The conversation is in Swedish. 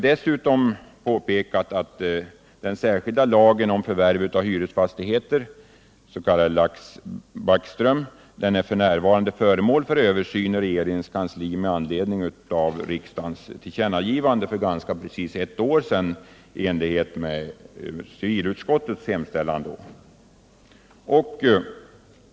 Dessutom har vi påpekat att den särskilda lagen om förvärv av hyresfastigheter — den s.k. Lex Backström — f. n. är föremål för översyn med anledning av riksdagens tillkännagivande för ganska precis ett år sedan i enlighet med civilutskottets hemställan.